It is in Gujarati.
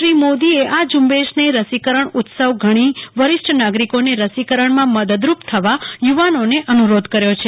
શ્રી મોદીએ આ ઝૂંબેશને રસીકરણ ઉત્સવ ગણી વરિષ્ઠ નાગરિકોને રસીકરણમાં મદદરૂપ થવા યુવાનોને અનુરોધ કર્યો છે